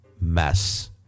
mess